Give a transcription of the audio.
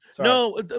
No